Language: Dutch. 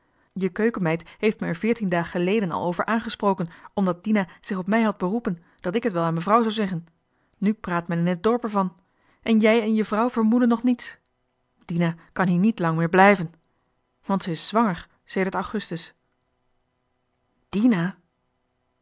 je keukenmeid heeft me er veertien daag geleden al over aangesproken omdat dina zich op mij had beroepen dat ik het wel aan mevrouw zou zeggen nu praat men in het dorp er van en jij en je vrouw vermoeden nog niets dina kan hier niet lang meer blijven want ze is zwanger sedert augustus dina